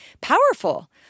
powerful